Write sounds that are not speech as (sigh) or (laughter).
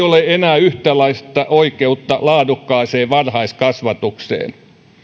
(unintelligible) ole enää yhtäläistä oikeutta laadukkaaseen varhaiskasvatukseen